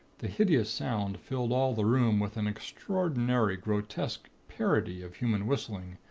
the hideous sound filled all the room with an extraordinary, grotesque parody of human whistling,